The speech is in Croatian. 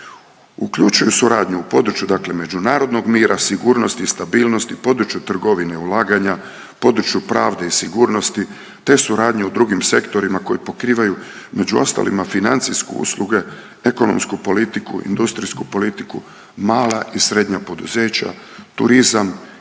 uključuju suradnju u području međunarodnog mira sigurnosti i stabilnosti, području trgovine, ulaganja u području pravde i sigurnosti te suradnje u drugim sektorima koji pokrivaju među ostalima financijske usluge, ekonomsku politiku, industrijsku politiku, mala i srednja poduzeća, turizam,